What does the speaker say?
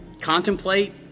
contemplate